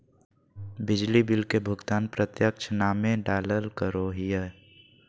बिजली बिल के भुगतान प्रत्यक्ष नामे डालाल करो हिय